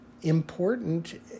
important